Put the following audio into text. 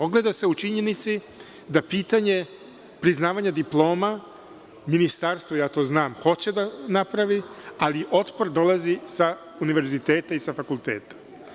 Ogleda se u činjenici da pitanje priznavanje diploma, ministarstvu, ja to znam, hoće da napravi, ali otpor dolazi sa univerziteta i sa fakulteta.